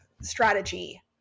strategy